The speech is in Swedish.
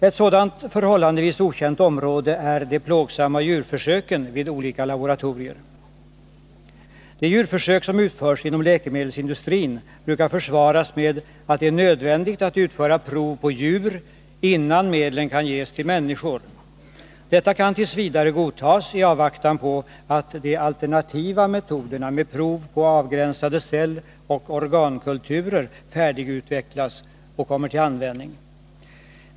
Ett sådant förhållandevis okänt område är de plågsamma djurförsöken vid olika laboratorier. De djurförsök som utförs inom läkemedelsindustrin brukar försvaras med att det är nödvändigt att utföra prov på djur innan medlen kan ges till människor. Detta kan t. v. godtas i avvaktan på att de alternativa metoderna med prov på avgränsade celloch organkulturer färdigutvecklas och kommer till användning.